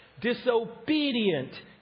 disobedient